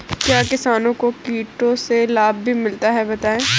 क्या किसानों को कीटों से लाभ भी मिलता है बताएँ?